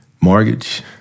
mortgage